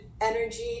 energy